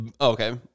okay